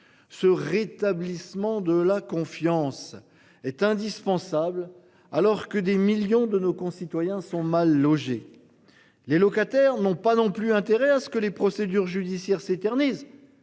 ce rétablissement de la confiance est indispensable, alors que des millions de nos concitoyens sont mal logées. Les locataires n'ont pas non plus intérêt à ce que les procédures judiciaires s'éternisent.